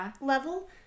level